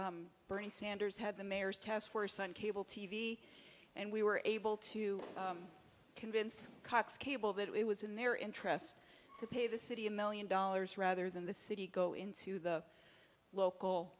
bernie sanders had the mayor's taskforce on cable t v and we were able to convince cox cable that it was in their interests to pay the city a million dollars rather than the city go into the local